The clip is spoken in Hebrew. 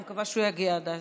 אני מקווה שהוא יגיע עד אז.